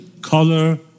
color